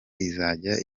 izajya